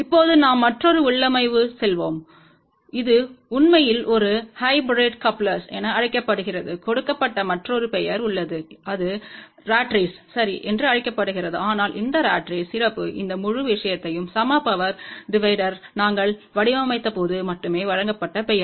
இப்போது நாம் மற்றொரு உள்ளமைவுக்குச் செல்வோம் இது உண்மையில் ஒரு ஹைபிரிட் கப்லெர்ஸ் என அழைக்கப்படுகிறது கொடுக்கப்பட்ட மற்றொரு பெயர் உள்ளது இது ராட் ரேஸ் சரி என்று அழைக்கப்படுகிறது ஆனால் இந்த ராட் ரேஸ் சிறப்பு இந்த முழு விஷயத்தையும் சம பவர் டிவைடர்க்கு நாங்கள் வடிவமைத்தபோது மட்டுமே வழங்கப்பட்ட பெயர்